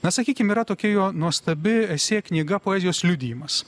na sakykim yra tokia jo nuostabi esė knyga poezijos liudijimas